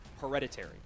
Hereditary